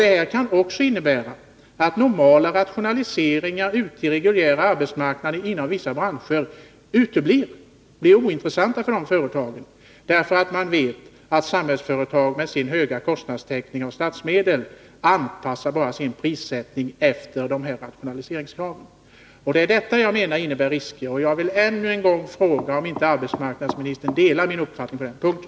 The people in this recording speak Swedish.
Det kan också innebära att normala rationaliseringar vid företag inom vissa branscher ute på den reguljära arbetsmarknaden uteblir — de blir ointressanta för företagen, därför att man vet att Samhällsföretag med sin höga kostnadstäckning av statsmedel bara anpassar sin prissättning efter rationaliseringskraven. Det är detta jag menar innebär risker, och jag vill än en gång fråga om inte arbetsmarknadsministern delar min uppfattning på den punkten.